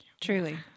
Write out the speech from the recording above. truly